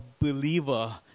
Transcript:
believer